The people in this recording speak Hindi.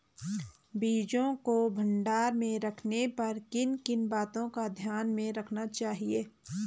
बीजों को भंडारण में रखने पर किन किन बातों को ध्यान में रखना चाहिए?